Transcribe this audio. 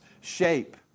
shape